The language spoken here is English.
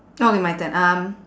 okay my turn um